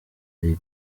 libya